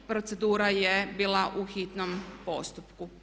Procedura je bila u hitnom postupku.